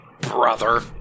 Brother